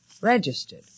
Registered